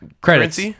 credits